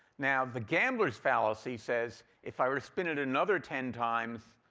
now the gambler's fallacy says, if i were to spin it another ten times,